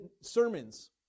sermons